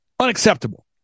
unacceptable